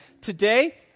Today